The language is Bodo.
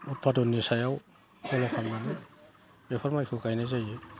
उतपादननि सायाव सोलो खालामनानै बेफोर माइखौ गायनाय जायो